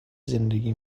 زندگی